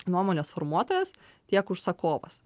nuomonės formuotojas tiek užsakovas